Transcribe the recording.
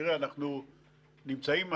תראה, אנחנו נמצאים היום,